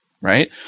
right